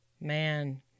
Man